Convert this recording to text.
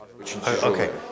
Okay